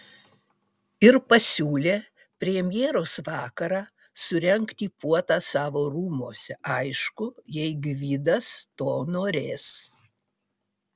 ir pasiūlė premjeros vakarą surengti puotą savo rūmuose aišku jei gvidas to norės